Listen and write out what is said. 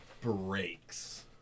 breaks